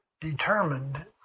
determined